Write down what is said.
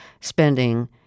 spending